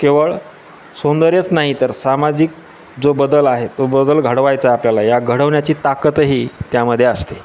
केवळ सौंदर्यच नाही तर सामाजिक जो बदल आहे तो बदल घडवायचा आहे आपल्याला या घडवण्याची ताकतही त्यामध्ये असते